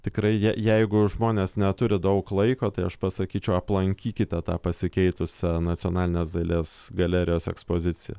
tikrai je jeigu žmonės neturi daug laiko tai aš pasakyčiau aplankykite tą pasikeitusią nacionalinės dailės galerijos ekspoziciją